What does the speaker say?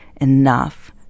enough